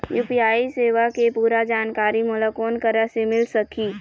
UPI सेवा के पूरा जानकारी मोला कोन करा से मिल सकही?